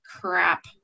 crap